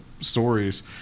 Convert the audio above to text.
stories